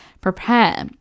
prepare